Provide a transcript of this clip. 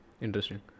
interesting